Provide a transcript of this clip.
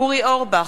אורי אורבך,